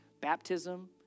Baptism